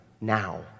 now